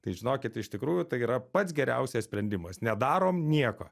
tai žinokit iš tikrųjų tai yra pats geriausias sprendimas nedarom nieko